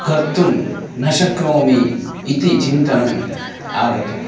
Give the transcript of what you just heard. कर्तुं न शक्नोमि इति चिन्तनम् आगतम्